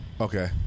Okay